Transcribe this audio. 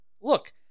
Look